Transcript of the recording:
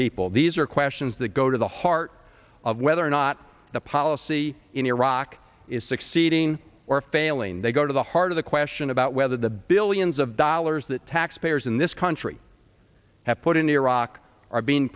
people these are questions that go to the heart of whether or not the policy in iraq is succeeding or failing they go to the heart of the question about whether the billions of dollars that taxpayers in this country have put in iraq are being